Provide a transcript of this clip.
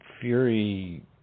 Fury